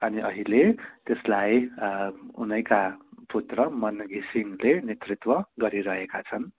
अनि अहिले त्यसलाई उनैका पुत्र मन घिसिङले नेतृत्व गरिरहेका छन्